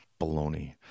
baloney